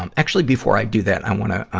um actually, before i do that, i wanna, ah,